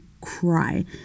cry